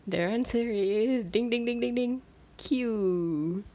the answer is Q